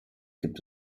gibt